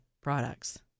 products